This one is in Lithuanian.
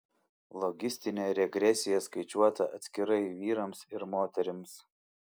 logistinė regresija skaičiuota atskirai vyrams ir moterims